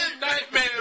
Nightmare